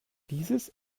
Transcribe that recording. dieses